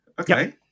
Okay